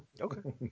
Okay